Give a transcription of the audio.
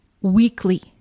weekly